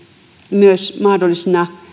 myös mahdollisina